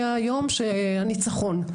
מיום הניצחון,